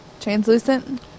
Translucent